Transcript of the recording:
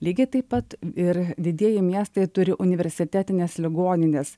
lygiai taip pat ir didieji miestai turi universitetines ligonines